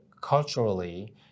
culturally